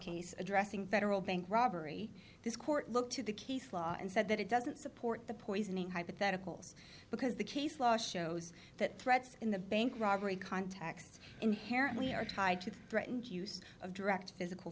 case addressing federal bank robbery this court looked to the case law and said that it doesn't support the poisoning hypotheticals because the case law shows that threats in the bank robbery context inherently are tied to the threatened use of direct physical